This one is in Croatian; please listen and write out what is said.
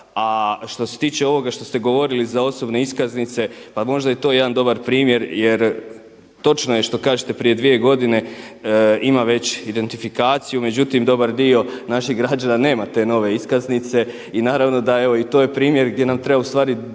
A što se tiče ovoga što ste govorili za osobne iskaznice, pa možda je i to jedan dobar primjer jer točno je što kažete prije dvije godine ima već identifikaciju međutim dobar dio naših građana nema te nove iskaznice. I naravno da evo i to je primjer gdje nam treba ustvari dugi